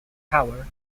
tower